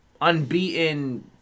unbeaten